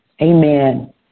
Amen